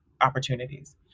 opportunities